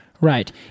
right